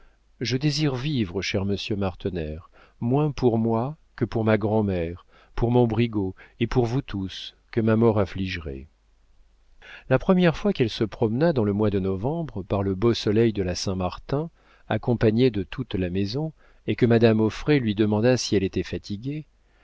je désire vivre cher monsieur martener moins pour moi que pour ma grand'mère pour mon brigaut et pour vous tous que ma mort affligerait la première fois qu'elle se promena dans le mois de novembre par le beau soleil de la saint-martin accompagnée de toute la maison et que madame auffray lui demanda si elle était fatiguée